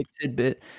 tidbit